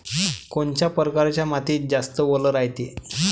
कोनच्या परकारच्या मातीत जास्त वल रायते?